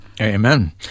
Amen